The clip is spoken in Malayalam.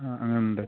ആ ആ ഉണ്ട്